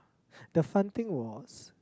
the fun thing was